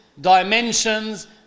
dimensions